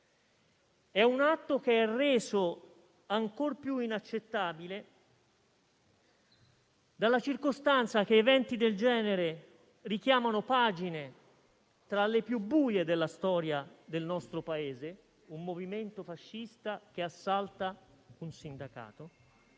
è un atto che è reso ancor più inaccettabile dalla circostanza che eventi del genere richiamano pagine tra le più buie della storia del nostro Paese - un movimento fascista che assalta un sindacato